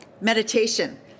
meditation